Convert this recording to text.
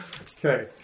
Okay